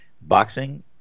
boxing